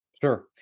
Sure